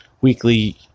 weekly